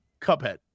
cuphead